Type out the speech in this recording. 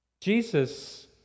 Jesus